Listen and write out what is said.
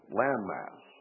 landmass